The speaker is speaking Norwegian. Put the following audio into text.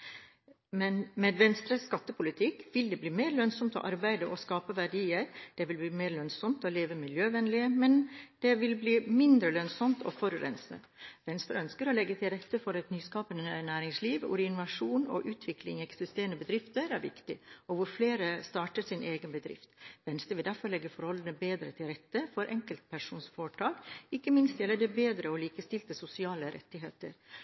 men det vil bli mindre lønnsomt å forurense. Venstre ønsker å legge til rette for et nyskapende næringsliv, hvor innovasjon og utvikling i eksisterende bedrifter er viktig, og hvor flere starter sin egen bedrift. Venstre vil derfor legge forholdene bedre til rette for enkeltpersonforetak, ikke minst gjelder det bedre og likestilte sosiale rettigheter.